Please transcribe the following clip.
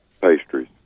pastries